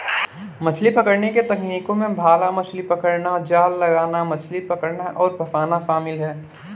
मछली पकड़ने की तकनीकों में भाला मछली पकड़ना, जाल लगाना, मछली पकड़ना और फँसाना शामिल है